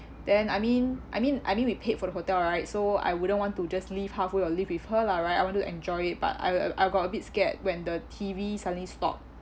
then I mean I mean I mean we paid for the hotel right so I wouldn't want to just leave halfway or leave with her lah right I want to enjoy it but I w~ I got a bit scared when the T_V suddenly stopped